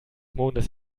mondes